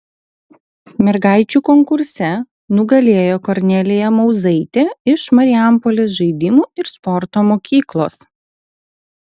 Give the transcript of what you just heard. mergaičių konkurse nugalėjo kornelija mauzaitė iš marijampolės žaidimų ir sporto mokyklos